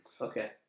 Okay